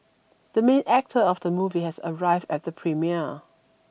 the main actor of the movie has arrived at the premiere